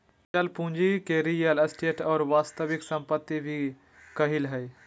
अचल पूंजी के रीयल एस्टेट और वास्तविक सम्पत्ति भी कहइ हइ